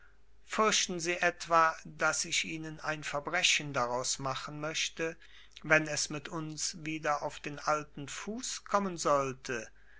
fürchten sie etwa daß ich ihnen ein verbrechen daraus machen möchte wenn es mit uns wieder auf den alten fuß kommen sollte